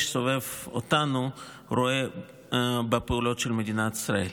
שסובב אותנו רואה בפעולות של מדינת ישראל.